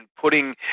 putting